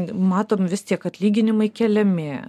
matom vis tiek atlyginimai keliami